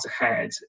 ahead